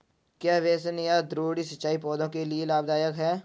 क्या बेसिन या द्रोणी सिंचाई पौधों के लिए लाभदायक है?